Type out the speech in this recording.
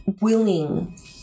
willing